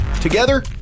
together